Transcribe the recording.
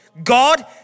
God